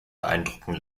beeindrucken